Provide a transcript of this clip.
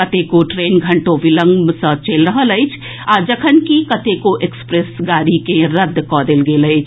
कतेको ट्रेन घंटो विलंब सँ चलि रहल अछि जखनकि कतेको एक्सप्रेस गाड़ी के रद्द कयल गेल अछि